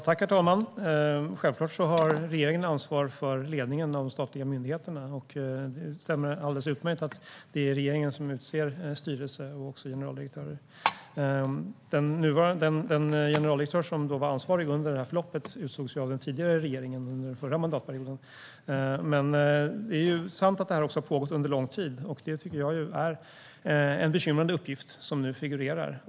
Herr talman! Självklart har regeringen ansvar för ledningen av de statliga myndigheterna. Det stämmer alldeles utmärkt att det är regeringen som utser styrelser och generaldirektörer. Den generaldirektör som var ansvarig under detta förlopp utsågs av den tidigare regeringen under den förra mandatperioden. Det är sant att detta har pågått under lång tid, och jag tycker att det är en bekymmersam uppgift som nu figurerar.